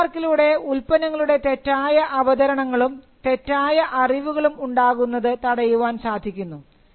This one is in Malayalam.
ട്രേഡ് മാർക്കിലൂടെ ഉൽപ്പന്നങ്ങളുടെ തെറ്റായ അവതരണങ്ങളും തെറ്റായ അറിവുകളും ഉണ്ടാകുന്നത് തടയാൻ സാധിക്കുന്നു